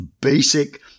basic